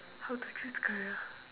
how to choose career